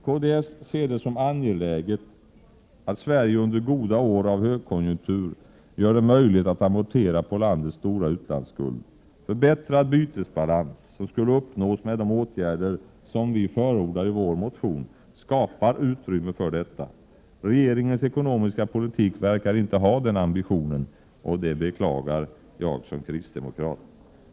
Kds ser det som angeläget att Sverige under goda år av högkonjunktur gör det möjligt att amortera på landets stora utlandsskuld. Förbättrad bytesbalans, som skulle uppnås med de åtgärder som kds förordar i sin motion, skapar utrymme för detta. Regeringens ekonomiska politik verkar inte ha den ambitionen. Det beklagar jag som kristdemokrat.